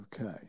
Okay